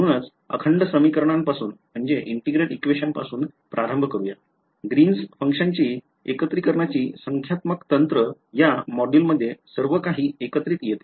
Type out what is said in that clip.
म्हणूनच अखंड समीकरणापासून प्रारंभ करून ग्रीनची function एकत्रिकरणाची संख्यात्मक तंत्रं या मॉड्यूलमध्ये सर्व काही एकत्र येते